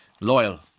Loyal